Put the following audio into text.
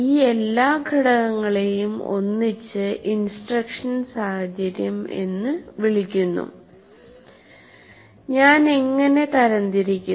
ഈ എല്ലാ ഘടകങ്ങളെയും ഒന്നിച്ച് ഇൻസ്ട്രക്ഷൻ സാഹചര്യം എന്ന് വിളിക്കുന്നു ഞാൻ എങ്ങനെ തരം തിരിക്കും